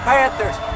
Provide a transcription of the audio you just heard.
Panthers